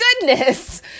Goodness